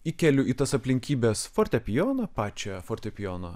įkeliu į tas aplinkybes fortepijoną pačią fortepijono